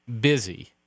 Busy